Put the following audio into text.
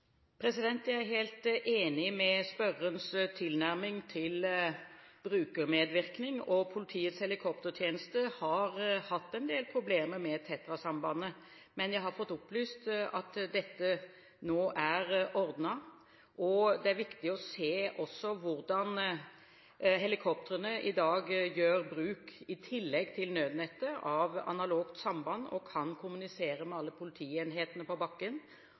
Jeg er helt enig med spørrerens tilnærming til brukermedvirkning. Politiets helikoptertjeneste har hatt en del problemer med TETRA-sambandet, men jeg har fått opplyst at dette nå er ordnet. Det er viktig å se også hvordan helikoptrene i dag – i tillegg til nødnettet – gjør bruk av analogt samband og kan kommunisere med alle politienhetene på bakken.